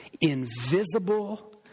invisible